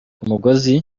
umugozi